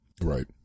right